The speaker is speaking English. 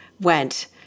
went